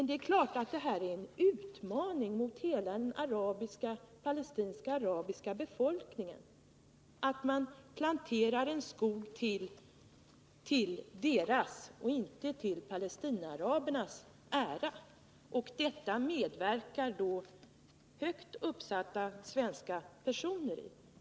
Det är självfallet en utmaning mot hela den arabisk-palestinska befolkningen att man inom det aktuella området planterar en skog till Israels och inte till palestinaarabernas ära — och detta medverkar högt uppsatta svenska personer ändå i.